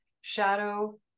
shadow